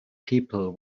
people